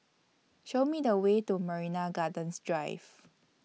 Show Me The Way to Marina Gardens Drive